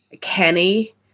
Kenny